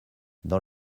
dans